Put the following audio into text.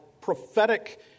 prophetic